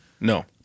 No